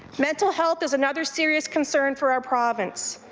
mental health is another serious concern for our province.